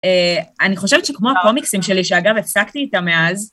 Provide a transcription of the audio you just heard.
אני חושבת שכמו הקומיקסים שלי, שאגב, הפסקתי איתם מאז.